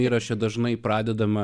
įraše dažnai pradedama